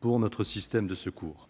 pour notre système de secours.